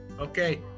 Okay